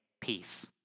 peace